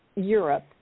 Europe